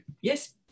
yes